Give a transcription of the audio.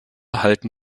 halten